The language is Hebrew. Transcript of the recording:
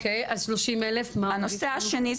אוקיי אז 30,000 מה הנושא השני?